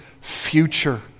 future